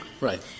Right